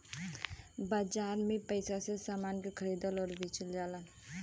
बाजार में पइसा से समान को खरीदल आउर बेचल जाला